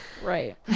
right